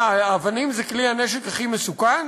מה, אבנים זה כלי הנשק הכי מסוכן?